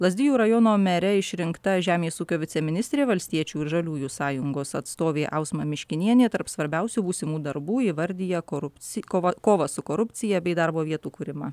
lazdijų rajono mere išrinkta žemės ūkio viceministrė valstiečių ir žaliųjų sąjungos atstovė ausma miškinienė tarp svarbiausių būsimų darbų įvardija korupci kova kovą su korupcija bei darbo vietų kūrimą